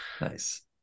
Nice